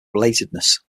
relatedness